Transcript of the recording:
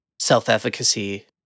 self-efficacy